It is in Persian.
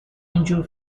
اینجور